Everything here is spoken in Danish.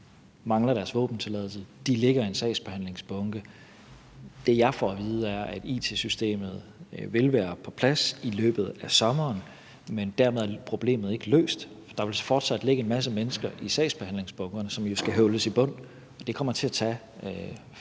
mangler deres våbentilladelse. Deres sager ligger i en sagsbehandlingsbunke. Det, jeg får at vide, er, at it-systemet vil være på plads i løbet af sommeren, men dermed er problemet ikke løst, for der vil fortsat ligge en masse sager i sagsbehandlingsbunkerne, som jo skal høvles i bund, og det kommer til at tage flere